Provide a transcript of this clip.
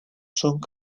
song